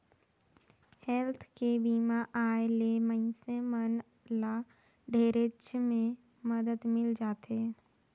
health के बीमा आय ले मइनसे मन ल ढेरेच के मदद मिल जाथे